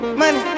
money